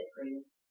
produced